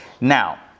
Now